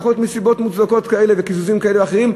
ויכול להיות שמסיבות מוצדקות וקיזוזים כאלה או אחרים,